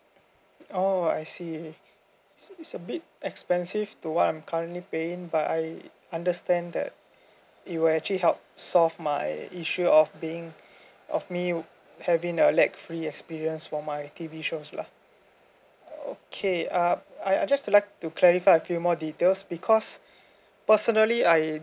oh I see it's it's a bit expensive to what I'm currently paying but I understand that it will actually help solve my issue of being of me having the lag free experience for my T_V shows lah oh okay uh I I just like to clarify I few more details because personally I